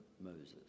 Moses